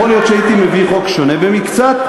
יכול להיות שהייתי מביא חוק שונה במקצת.